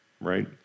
right